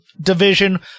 division